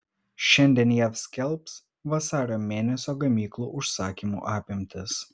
šiandien jav skelbs vasario mėnesio gamyklų užsakymų apimtis